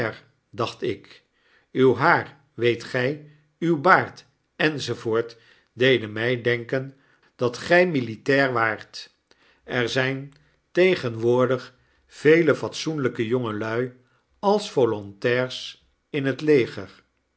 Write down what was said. dacht ik uw haar weet gjj uw baard enz deden my denken dat gjj militair waart br zijn tegenwoordig vele fatsoeniyke jongelui als volontairs in het leger